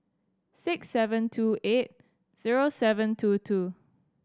six seven two eight zero seven two two